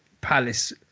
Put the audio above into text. Palace